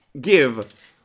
give